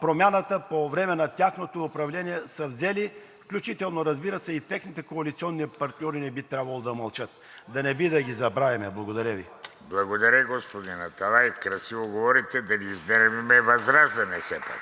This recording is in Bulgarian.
Промяната по време на тяхното управление са взели, включително, разбира се, и техните коалиционни партньори не би трябвало да мълчат – да не би да ги забравим. Благодаря Ви. ПРЕДСЕДАТЕЛ ВЕЖДИ РАШИДОВ: Благодаря Ви, господин Аталай. Красиво говорите, да не изнервяме ВЪЗРАЖДАНЕ все пак.